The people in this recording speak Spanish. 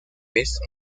vez